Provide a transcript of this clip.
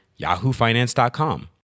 yahoofinance.com